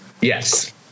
Yes